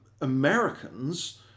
Americans